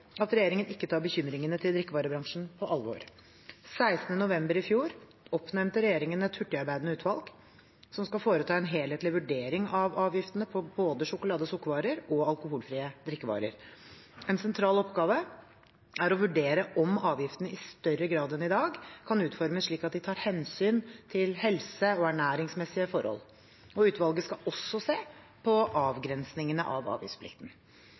at regjeringen ikke tar bekymringene til drikkevarebransjen på alvor. Den 16. november i fjor oppnevnte regjeringen et hurtigarbeidende utvalg som skal foreta en helhetlig vurdering av avgiftene på både sjokolade- og sukkervarer og alkoholfrie drikkevarer. En sentral oppgave er å vurdere om avgiftene i større grad enn i dag kan utformes slik at de tar hensyn til helse- og ernæringsmessige forhold. Utvalget skal også se på avgrensningene av avgiftsplikten.